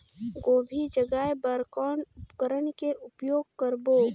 गोभी जगाय बर कौन उपकरण के उपयोग करबो?